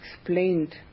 explained